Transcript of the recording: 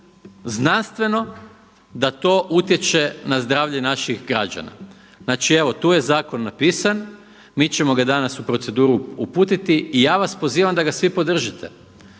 znanstveno da to utječe na zdravlje naših građana. Znači evo tu je zakon napisan, mi ćemo ga danas u proceduru uputiti i ja vas pozivam da ga svi podržite